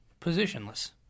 positionless